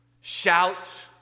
Shout